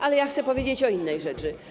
Ale ja chcę powiedzieć o innej rzeczy.